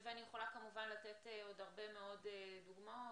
ואני יכולה כמובן לתת עוד הרבה מאוד דוגמאות,